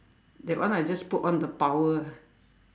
that one I just put on the power ah